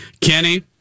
Kenny